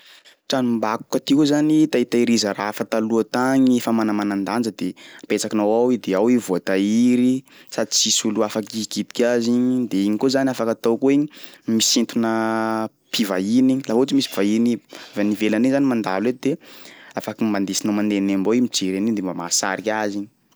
Tranom-bakoka ty koa zany itahitahiriza raha fa taloha tagny fa manamanan-danja de apetsakinao ao i de ao i voatahiry sady tsisy olo afaky ikitika azy igny de igny koa zany afaka atao koa igny misintona mpivahiny igny, laha ohatry hoe misy mpivahiny p- avy any ivelany regny zany mandalo eto de afaky mba ndesinao mandehandeha mbô hoe mijery an'igny de mba mahasarika azy igny.